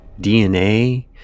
DNA